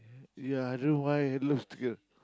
ya I don't know why I love chicken